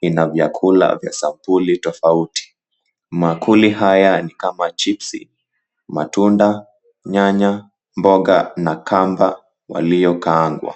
ina vyakula vya sampuli tofauti. Maakuli haya ni kama chipsi, matunda, nyanya, mboga na kamba waliokaaangwa.